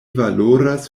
valoras